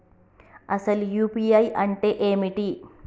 అసలు యూ.పీ.ఐ అంటే ఏమిటి?